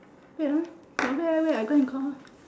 wait ah wait wait wait I go and call her